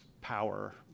power